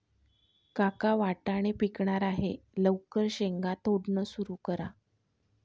काका वाटाणे पिकणार आहे लवकर शेंगा तोडणं सुरू करा